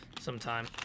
sometime